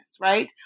right